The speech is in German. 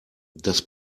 das